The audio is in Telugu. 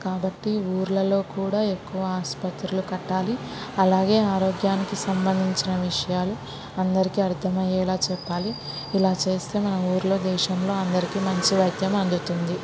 కాబట్టి ఊర్లలో కూడా ఎక్కువ ఆసుపత్రులు కట్టాలి అలాగే ఆరోగ్యానికి సంబంధించిన విషయాలు అందరికీ అర్థమయ్యేలా చెప్పాలి ఇలా చేస్తే మన ఊర్లో దేశంలో అందరికీ మంచి వైద్యం అందుతుంది